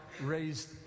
raised